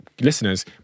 listeners